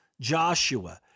Joshua